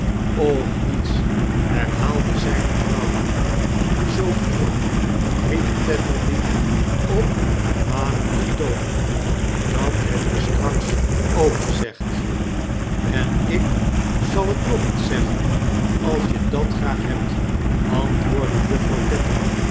och niets i herhaalde zijne vrouw sophia riep tetterby op vermanenden toon dat heb je straks ook gezegd en ik zal t nog eens zeggen als je dat graag hebt antwoordde juffrouw